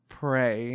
pray